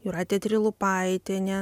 jūratė trilupaitienė